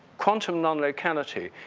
quantum nonlocality,